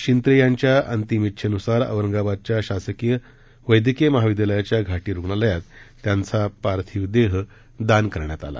शिंत्रे यांच्या अंतिम इच्छेनुसार औरंगाबादच्या शासकीय वैद्यकीय महाविद्यालयाच्या घारी रुग्णालयात त्यांचा पार्थिव देह दान करण्यात आला